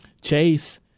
Chase